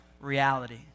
reality